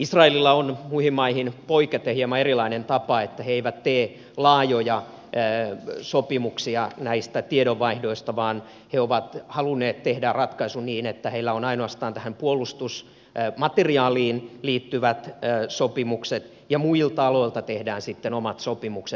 israelilla on muihin maihin poiketen hieman erilainen tapa että he eivät tee laajoja sopimuksia näistä tiedonvaihdoista vaan he ovat halunneet tehdä ratkaisun niin että heillä on ainoastaan tähän puolustusmateriaaliin liittyvät sopimukset ja muilta aloilta tehdään sitten omat sopimukset